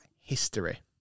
history